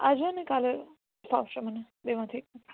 આજે અને કાલે ફાવશે મને બેમાંથી એકમાં